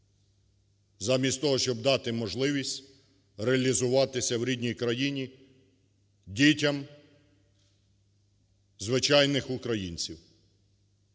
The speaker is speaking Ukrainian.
замість того щоб дати можливість реалізуватися в рідній країні дітям звичайних українців.